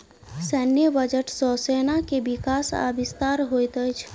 सैन्य बजट सॅ सेना के विकास आ विस्तार होइत अछि